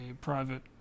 private